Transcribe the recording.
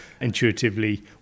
intuitively